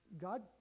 God